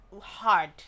hard